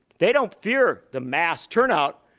they don't fear the mass turnout.